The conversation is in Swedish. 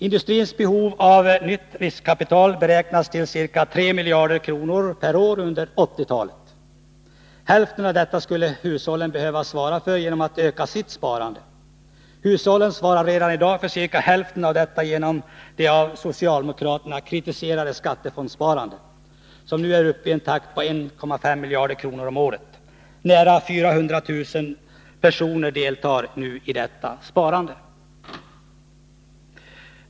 Industrins behov av nytt riskkapital beräknas till ca 3 miljarder kronor per år under 1980-talet. Hälften av detta skulle hushållen behöva svara för genom att öka sitt sparande. Hushållen svarar redan i dag för ca hälften av detta genom det av socialdemokraterna kritiserade skattefondssparandet, som nu är uppe i en takt av 1,5 miljarder kronor om året. Nära 400 000 personer deltar nu i detta sparande.